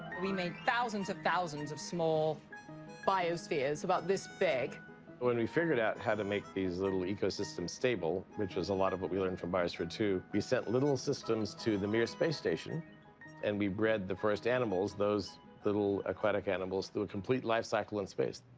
we made thousands of thousands of small biospheres about this big. taber when we figured how to make these little ecosystems stable, which was a lot of what we learned from biosphere two, we sent little systems to the mir space station and we bred the first animals, those little aquatic animals, through a complete life-cycle in space.